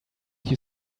you